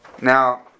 Now